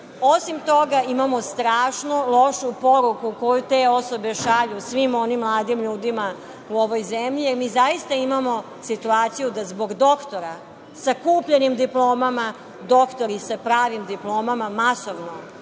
toga, imamo strašno lošu poruku koju te osobe šalju svim onim mladim ljudima u ovoj zemlji, a mi zaista imamo situaciju da zbog doktora sa kupljenim diplomama, doktori sa pravim diplomama masovno